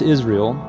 Israel